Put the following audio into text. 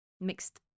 mixed